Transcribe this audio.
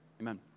Amen